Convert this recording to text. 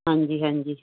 ਹਾਂਜੀ ਹਾਂਜੀ